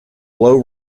low